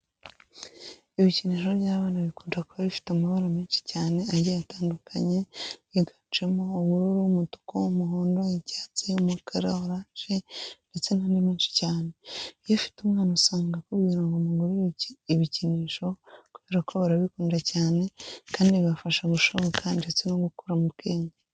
Ibikinisho by'abana bikunda kuba bifite amabara menshi cyane agiye atandukanye yiganjemo ubururu, umutuku, umuhondo, icyatsi, umukara, oranje ndetse n'andi menshi cyane. Iyo ufite umwana usanga akubwira ngo umugirire ibikinisho kubera ko barabikunda cyane kandi bibafasha gushabuka ndetse no gukura mu bwenge.